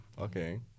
Okay